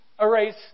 erase